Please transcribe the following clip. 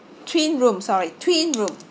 twin room sorry twin room